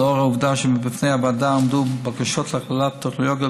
ולאור העובדה שלפני הוועדה עמדו בקשות להכללת טכנולוגיות